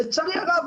לצערי הרב,